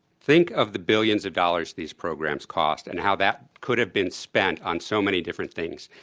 think of the billions of dollars these programs cost and how that could have been spent on so many different things,